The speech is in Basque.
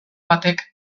batek